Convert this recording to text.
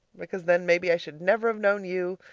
because then maybe i should never have known you.